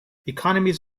economies